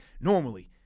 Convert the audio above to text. normally